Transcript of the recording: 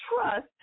trust